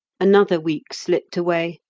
another week slipped away,